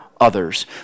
others